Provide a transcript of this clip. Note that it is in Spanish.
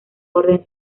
orden